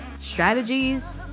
strategies